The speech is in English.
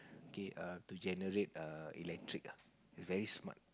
okay err to generate err electric ah it's very smart